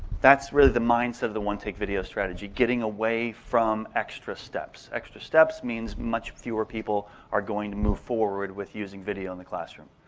that's really the mindset of the one-take video strategy. getting away from extra steps. extra steps mean much fewer people are going to move forward with using video in the classroom.